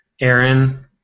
Aaron